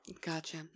gotcha